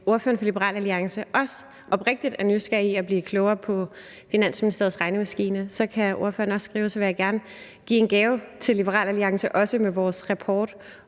at ordføreren for Liberal Alliance også er oprigtigt nysgerrig efter at blive klogere på Finansministeriets regnemaskine, så kan ordføreren skrive, og så vil jeg gerne give en gave til Liberal Alliance, også med vores rapport